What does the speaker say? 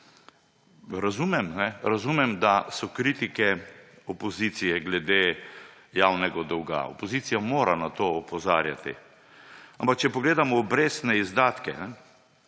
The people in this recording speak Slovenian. razumem, da so kritike opozicije glede javnega dolga. Opozicija mora na to opozarjati. Ampak če pogledamo obrestne izdatke.